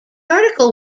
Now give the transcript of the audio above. article